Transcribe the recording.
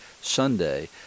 Sunday